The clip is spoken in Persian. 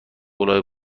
کلاه